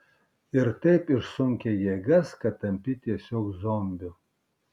ir taip išsunkia jėgas kad tampi tiesiog zombiu